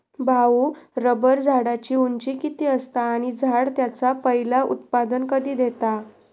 भाऊ, रबर झाडाची उंची किती असता? आणि झाड त्याचा पयला उत्पादन कधी देता?